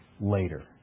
later